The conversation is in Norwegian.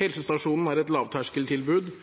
Helsestasjonen er et lavterskeltilbud,